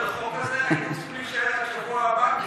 החוק הזה היינו צריכים להישאר עד השבוע הבא.